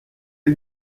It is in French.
les